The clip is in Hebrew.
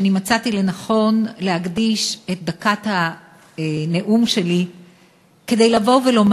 שמצאתי לנכון להקדיש את דקת הנאום שלי כדי לומר: